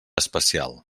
especial